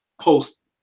post